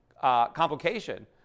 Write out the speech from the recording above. complication